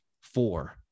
four